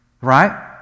Right